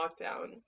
lockdown